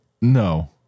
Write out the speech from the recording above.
No